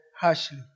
harshly